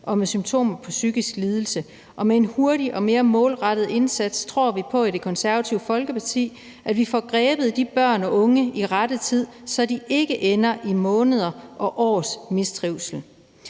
med symptomer på psykisk lidelse. Og med en hurtig og mere målrettet indsats tror vi i Det Konservative Folkeparti på at vi får grebet de børn og unge i rette tid, så de ikke ender i måneder og års mistrivsel.